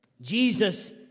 Jesus